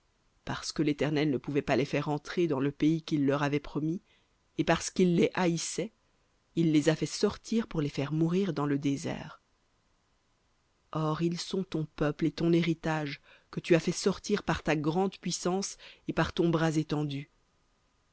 parce que l'éternel ne pouvait pas les faire entrer dans le pays qu'il leur avait promis et parce qu'il les haïssait il les a fait sortir pour les faire mourir dans le désert or ils sont ton peuple et ton héritage que tu as fait sortir par ta grande puissance et par ton bras étendu